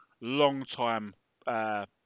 long-time